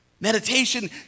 Meditation